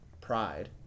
Pride